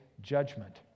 judgment